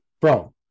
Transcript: bro